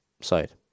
side